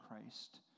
Christ